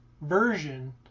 version